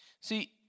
See